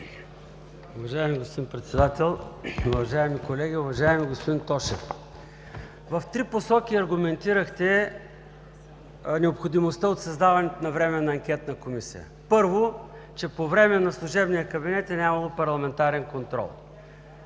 Уважаеми господин Председател, уважаеми колеги, уважаеми господин Тошев! В три посоки аргументирахте необходимостта от създаването на Временна анкетна комисия. Първо, че по време на службения кабинет е нямало парламентарен контрол.